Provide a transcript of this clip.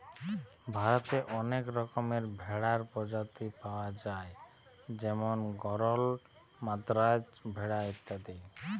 ভারতে অনেক রকমের ভেড়ার প্রজাতি পায়া যায় যেমন গরল, মাদ্রাজ ভেড়া ইত্যাদি